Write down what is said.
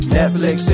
Netflix